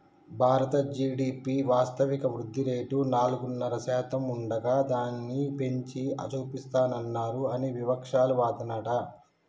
భారత జి.డి.పి వాస్తవిక వృద్ధిరేటు నాలుగున్నర శాతం ఉండగా దానిని పెంచి చూపిస్తానన్నారు అని వివక్షాలు వాదనట